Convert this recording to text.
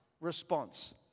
response